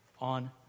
on